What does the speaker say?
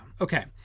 Okay